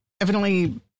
evidently